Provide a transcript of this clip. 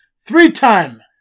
Three-time